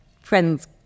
friends